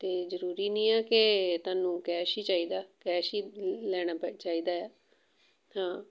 ਅਤੇ ਜ਼ਰੂਰੀ ਨਹੀਂ ਆ ਕਿ ਤੁਹਾਨੂੰ ਕੈਸ਼ ਹੀ ਚਾਹੀਦਾ ਕੈਸ਼ ਹੀ ਲੈਣਾ ਪ ਚਾਹੀਦਾ ਆ ਹਾਂ